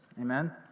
Amen